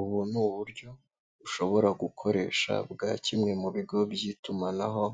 Ubu ni uburyo ushobora gukoresha bwa kimwe mu bigo by'itumanaho